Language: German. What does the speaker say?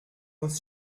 muss